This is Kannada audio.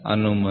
994 ಮಿಲಿಮೀಟರ್